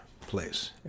place